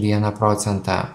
vieną procentą